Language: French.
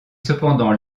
cependant